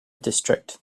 district